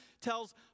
tells